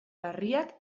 larriak